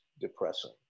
depressing